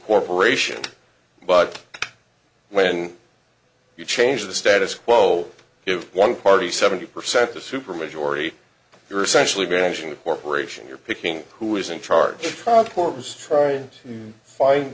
corporation bud when you change the status quo if one party seventy percent a super majority you're essentially managing the corporation you're picking who is in charge concours trying to find